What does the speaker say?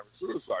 suicide